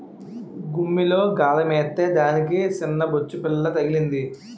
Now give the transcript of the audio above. గుమ్మిలో గాలమేత్తే దానికి సిన్నబొచ్చుపిల్ల తగిలింది